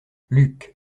luc